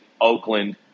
Oakland